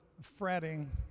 fretting